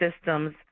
systems